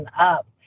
up